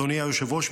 אדוני היושב-ראש,